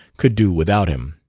could do without him,